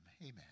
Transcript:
Amen